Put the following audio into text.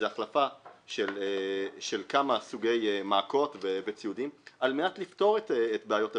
מדובר בהחלפה של כמה סוגי מעקות וצירים על מנת לפתור את בעיות הבטיחות.